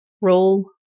roll